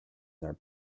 their